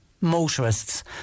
motorists